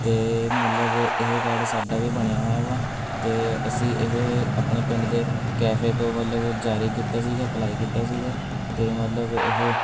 ਅਤੇ ਮਤਲਬ ਇਹ ਕਾਰਡ ਸਾਡਾ ਵੀ ਬਣਿਆ ਹੋਇਆ ਵਾ ਅਤੇ ਅਸੀਂ ਇਹ ਆਪਣੇ ਪਿੰਡ ਦੇ ਕੈਫ਼ੇ ਤੋਂ ਮਤਲਬ ਜਾਰੀ ਕੀਤਾ ਸੀਗਾ ਅਪਲਾਈ ਕੀਤਾ ਸੀਗਾ ਅਤੇ ਮਤਲਬ ਇਹ